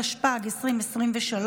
התשפ"ג 2023,